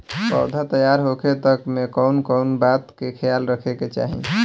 पौधा तैयार होखे तक मे कउन कउन बात के ख्याल रखे के चाही?